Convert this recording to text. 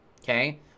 okay